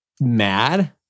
mad